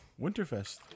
Winterfest